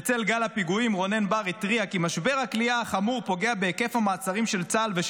תאמינו לי, אתם רואים כמה פעמים אני